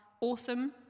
awesome